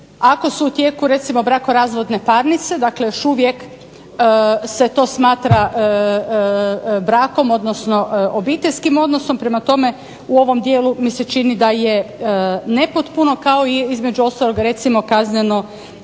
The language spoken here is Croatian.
ako su u tijeku recimo brakorazvodne parnice. Dakle, još uvijek se to smatra brakom odnosno obiteljskim odnosom. Prema tome, u ovom dijelu mi se čini da je nepotpuno kao i između ostaloga recimo kazneno